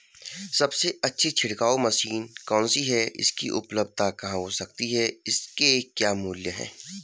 सबसे अच्छी छिड़काव मशीन कौन सी है इसकी उपलधता कहाँ हो सकती है इसके क्या मूल्य हैं?